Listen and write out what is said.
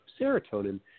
serotonin